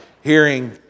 hearing